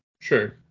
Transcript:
Sure